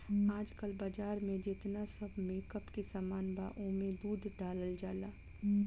आजकल बाजार में जेतना सब मेकअप के सामान बा ओमे दूध डालल जाला